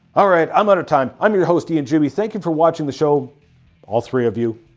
alright, i'm out of time, i'm your host, ian juby, thank you for watching the show all three of you,